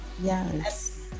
Yes